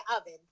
oven